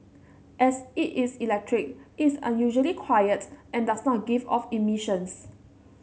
as it is electric it's unusually quiet and does not give off emissions